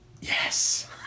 Yes